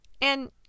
And